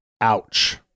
Ouch